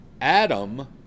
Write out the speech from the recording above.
Adam